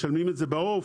בעוף.